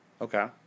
Okay